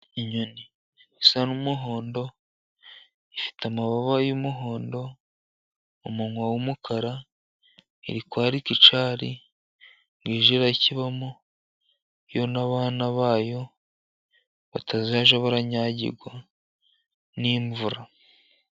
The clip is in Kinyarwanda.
Inyoni isa n'umuhondo, ifite amababa y'umuhondo, umunwa w'umukara, iri kwarika icyari, ngo ijye irakibamo yo n'abana ba yo, batazajya baranyagirwa n'imvura.